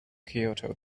kyoto